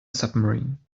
submarine